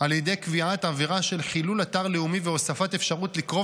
על ידי קביעת עבירה של חילול אתר לאומי והוספת אפשרות לקרוב